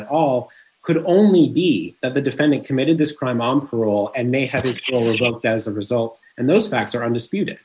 it all could only be that the defendant committed this crime on parole and may have his own looked as a result and those facts are undisputed